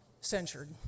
censured